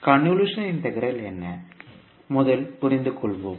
convolution integral என்ன முதலில் புரிந்துகொள்வோம்